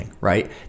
right